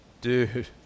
Dude